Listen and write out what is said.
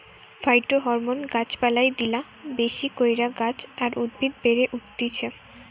phytohormone গাছ পালায় দিলা বেশি কইরা গাছ আর উদ্ভিদ বেড়ে উঠতিছে